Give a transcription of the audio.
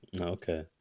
Okay